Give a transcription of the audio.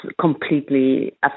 completely